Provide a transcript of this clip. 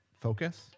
focus